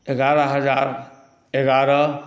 एगारह हजार एगारह